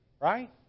Right